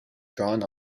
drawn